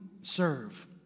serve